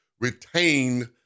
retain